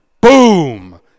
Boom